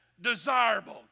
desirable